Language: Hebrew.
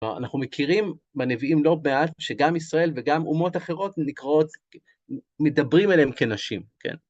אנחנו מכירים בנביאים לא מעט, שגם ישראל וגם אומות אחרות נקראות, מדברים עליהם כנשים, כן?